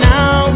Now